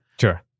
Sure